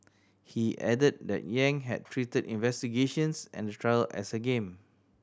he added that Yang had treated investigations and the trial as a game